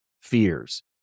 fears